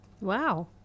Wow